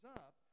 up